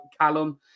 Callum